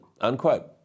unquote